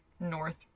North